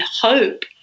hope